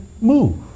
move